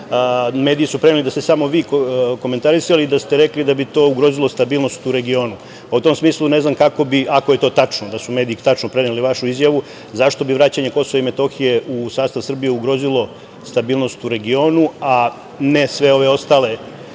mediji su preneli da ste samo vi komentarisali i da ste rekli da bi to ugrozilo stabilnost u regionu. Ako je to tačno, ako su mediji tačno preneli vašu izjavu, zašto bi vraćanje Kosova i Metohije u sastav Srbije ugrozilo stabilnost u regionu, a ne sve ove ostale